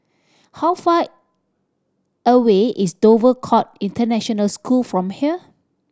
how far away is Dover Court International School from here